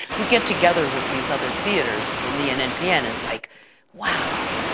you get together with these other theaters in the nnpn it's like wow!